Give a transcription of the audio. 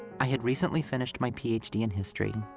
i had recently finished my ph d. in history,